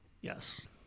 Yes